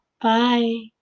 Bye